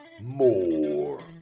more